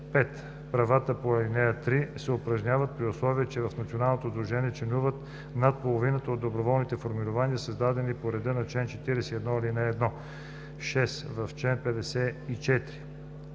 (5) Правата по ал. 3 се упражняват, при условие че в националното сдружение членуват над половината от доброволните формирования, създадени по реда на чл. 41, ал. 1.” 6. В чл. 54: